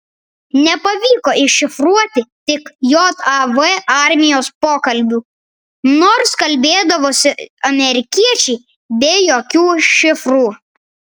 nepavykdavo iššifruoti tik jav armijos pokalbių nors kalbėdavosi amerikiečiai be jokių šifrų